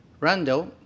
Randall